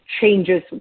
changes